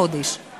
בחודש או בשנה?